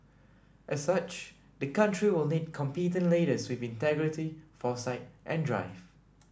as such the country will need competent leaders with integrity foresight and drive